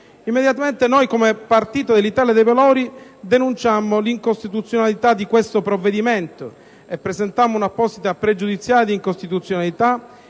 Immediatamente, come partito dell'Italia dei Valori denunciammo l'incostituzionalità di questo provvedimento e presentammo un'apposita questione pregiudiziale di costituzionalità,